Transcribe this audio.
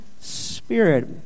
spirit